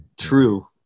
true